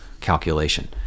calculation